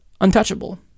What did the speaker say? untouchable